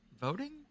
voting